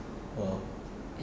oh